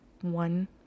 one